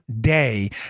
day